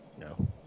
No